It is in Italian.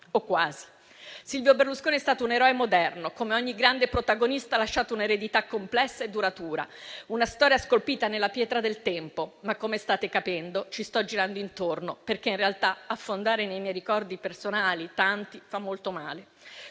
o quasi. Silvio Berlusconi è stato un eroe moderno. Come ogni grande protagonista, ha lasciato un'eredità complessa e duratura, una storia scolpita nella pietra del tempo. Come state capendo, ci sto girando intorno, perché in realtà affondare nei miei ricordi personali - tanti - fa molto male.